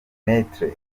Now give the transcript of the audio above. maitre